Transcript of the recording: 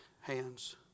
hands